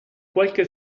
qualche